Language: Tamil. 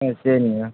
ம் சரிங்க